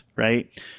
right